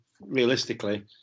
realistically